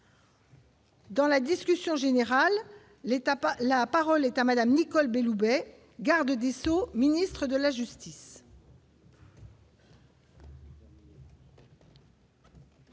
Dans la discussion générale, l'étape, la parole est à madame Nicole Belloubet Garde des Sceaux ministre de la justice.